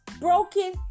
broken